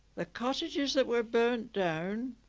the cottages that were burnt down.